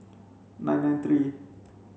nine nine three